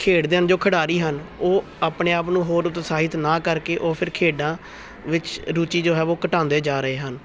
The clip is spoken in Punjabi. ਖੇਡਦੇ ਹਨ ਜੋ ਖਿਡਾਰੀ ਹਨ ਉਹ ਆਪਣੇ ਆਪ ਨੂੰ ਹੋਰ ਉਤਸ਼ਹਿਤ ਨਾ ਕਰਕੇ ਉਹ ਫਿਰ ਖੇਡਾਂ ਵਿੱਚ ਰੁਚੀ ਜੋ ਹੈ ਵੋ ਘਟਾਉਂਦੇ ਜਾ ਰਹੇ ਹਨ